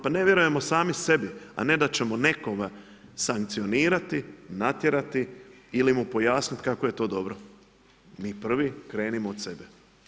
Pa ne vjerujemo sami sebe, a ne da ćemo nekoga sankcionirati, natjerati ili mu pojasniti kako je to dobro, mi prvi krenimo od sebe.